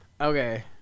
Okay